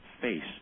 face